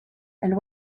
and